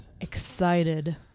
excited